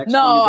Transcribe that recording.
no